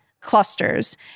clusters